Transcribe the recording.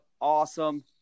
awesome